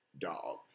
dog